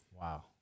wow